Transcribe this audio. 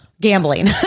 gambling